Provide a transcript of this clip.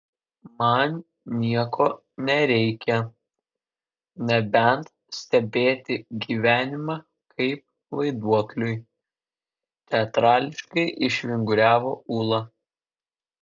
man nieko nereikia nebent stebėti gyvenimą kaip vaiduokliui teatrališkai išvinguriavo ūla